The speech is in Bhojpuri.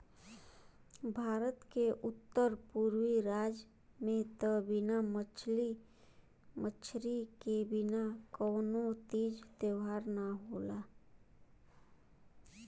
भारत के उत्तर पुरबी राज में त बिना मछरी के बिना कवनो तीज त्यौहार ना होला